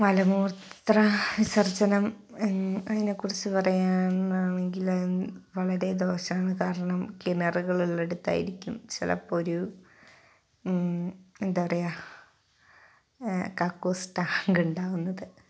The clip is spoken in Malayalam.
മലമൂത്ര വിസർജനം അതിനെ കുറിച്ചു പറയാനാണെങ്കിൽ വളരെ ദോഷമാണ് കാരണം കിണറുകൾ ഉള്ള ഇടത്തായിരിക്കും ചിലപ്പം ഒരു എന്താണ് പറയുക കക്കൂസ് ടാങ്ക് ഉണ്ടാവുന്നത്